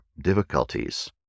difficulties